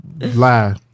lie